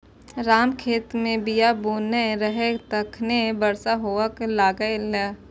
राम खेत मे बीया बुनै रहै, तखने बरसा हुअय लागलै